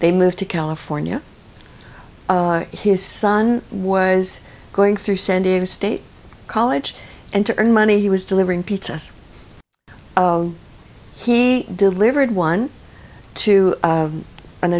they moved to california his son was going through san diego state college and to earn money he was delivering pizzas he delivered one to